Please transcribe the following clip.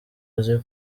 azi